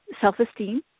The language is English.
self-esteem